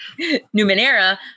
Numenera